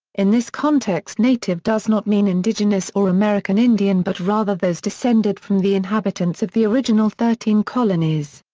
in this context native does not mean indigenous or american indian but rather those descended from the inhabitants of the original thirteen colonies.